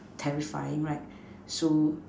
terrifying right so